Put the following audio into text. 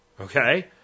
Okay